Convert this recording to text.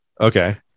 Okay